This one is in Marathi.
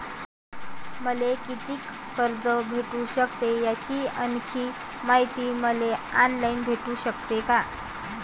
मले कितीक कर्ज भेटू सकते, याची आणखीन मायती मले ऑनलाईन भेटू सकते का?